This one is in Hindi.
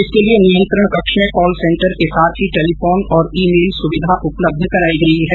इसके लिए नियंत्रण कक्ष में कॉल सेंटर के साथ ही टेलीफोन और ई मेल सुविधा उपलब्ध करायी गयी है